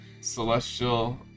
celestial